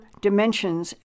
dimensions